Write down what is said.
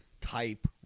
type